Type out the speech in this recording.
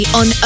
on